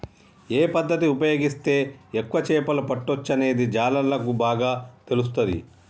ఏ పద్దతి ఉపయోగిస్తే ఎక్కువ చేపలు పట్టొచ్చనేది జాలర్లకు బాగా తెలుస్తది